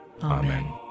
Amen